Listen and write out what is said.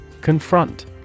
Confront